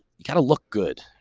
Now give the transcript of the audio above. kind of look good.